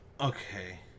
okay